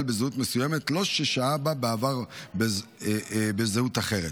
בזהות מסוימת לא שהה בה בעבר בזהות אחרת,